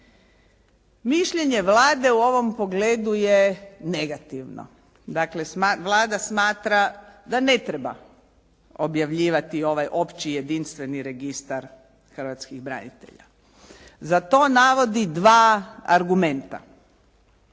Mišljenje Vlade u ovom pogledu je negativno, dakle Vlada smatra da ne treba objavljivati ovaj opći jedinstveni registar hrvatskih branitelja. Za to navodi dva argumenta.